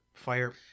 Fire